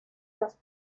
las